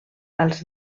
als